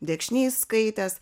dekšnys skaitęs